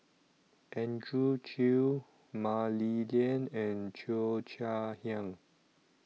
Andrew Chew Mah Li Lian and Cheo Chai Hiang